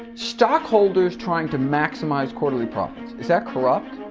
stockholders trying to maximize quarterly profits, is that corrupt?